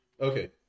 Okay